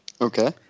Okay